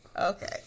okay